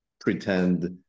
pretend